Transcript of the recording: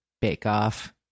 bake-off